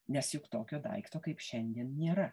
nes juk tokio daikto kaip šiandien nėra